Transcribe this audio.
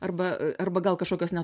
arba arba gal kažkokios ne